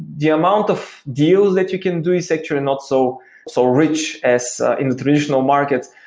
the amount of deals that you can do is actually not so so rich as in traditional markets,